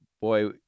boy